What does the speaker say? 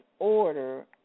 order